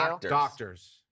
Doctors